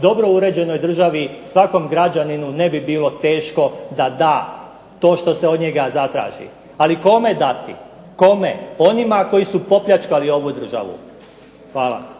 dobro uređenoj državi svakom građaninu ne bi bilo teško da da to što se od njega zatraži ali kome dati. Onima koji su popljačkali ovu državu. Hvala.